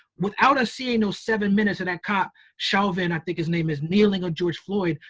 without us seeing those seven minutes of that cop, chauvin i think his name is, kneeling on george floyd,